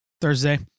Thursday